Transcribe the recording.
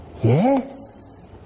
Yes